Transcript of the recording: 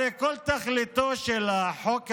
הרי כל תכליתו של החוק הזה,